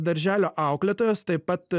darželio auklėtojos taip pat